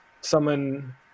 summon